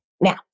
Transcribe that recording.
Now